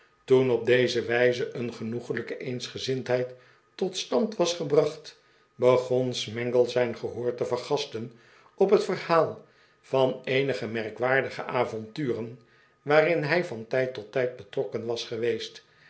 toen op deze wijze een genoeglijke eensgezindheid tot stand was gebracht begon smangle zijn gehoor te vergasten op het verhaal van eenige merkwaardige avonturen waarin hij van tijd tot tijd betrokken was geweest